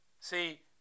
See